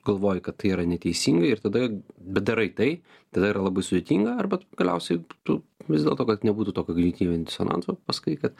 galvoji kad tai yra neteisinga ir tada bet darai tai tada yra labai sudėtinga arba tu galiausiai tu vis dėl to kad nebūtų to kognityvinio disonanso pasakai kad